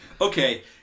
Okay